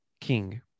king